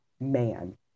man